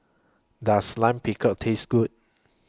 Does Lime Pickle Taste Good